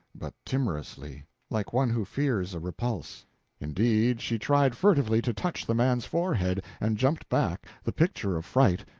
but timorously like one who fears a repulse indeed, she tried furtively to touch the man's forehead, and jumped back, the picture of fright,